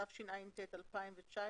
התשע"ט-2019